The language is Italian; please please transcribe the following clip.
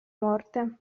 morte